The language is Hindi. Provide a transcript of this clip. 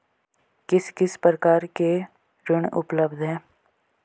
किस किस प्रकार के ऋण उपलब्ध हैं?